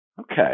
Okay